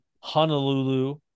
Honolulu